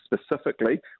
specifically